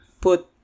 put